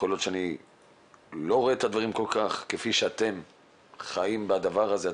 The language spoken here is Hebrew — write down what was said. ויכול להיות שאני לא רואה את הדברים כפי שאתם חיים בדבר הזה,